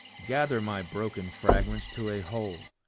gather my broken fragments to a whole,